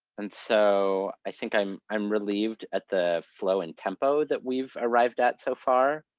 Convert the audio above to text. and so, i think i'm i'm relieved at the flow and tempo that we've arrived at so far.